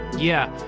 yeah.